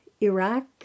Iraq